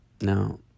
Now